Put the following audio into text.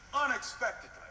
unexpectedly